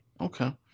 Okay